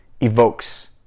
evokes